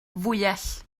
fwyell